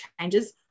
changes